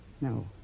No